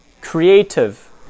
creative